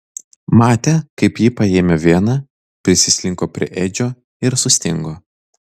matė kaip ji paėmė vieną prisislinko prie edžio ir sustingo